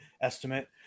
estimate